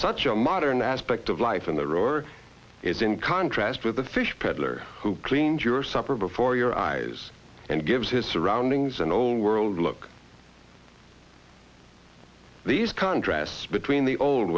such a modern aspect of life in there or is in contrast with the fish peddler who cleans your supper before your eyes and gives his surroundings and old world look these contrasts between the old